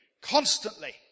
Constantly